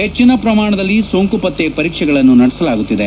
ಹೆಚ್ಚಿನ ಪ್ರಮಾಣದಲ್ಲಿ ಸೋಂಕು ಪತ್ತೆ ಪರೀಕ್ಷೆಗಳನ್ನು ನಡೆಸಲಾಗುತ್ತಿದೆ